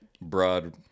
broad